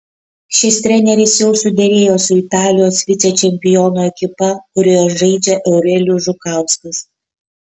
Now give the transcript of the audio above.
šis treneris jau suderėjo su italijos vicečempionų ekipa kurioje žaidžia eurelijus žukauskas